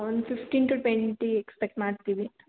ಒಂದು fifteen to twenty expect ಮಾಡ್ತೇವೆ